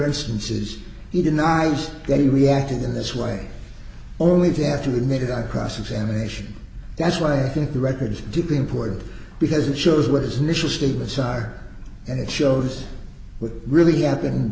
instances he denies that he reacted in this way only to after we made our cross examination that's why i think the record did important because it shows what his initial statements are and it shows with really happened